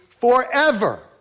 forever